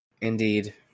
Indeed